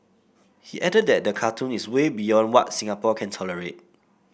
he added that the cartoon is way beyond what Singapore will tolerate